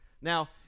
Now